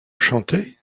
chanter